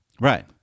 Right